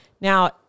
Now